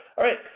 all right.